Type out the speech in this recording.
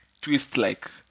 twist-like